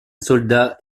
soldat